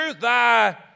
Thy